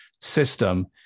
system